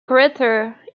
greater